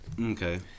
Okay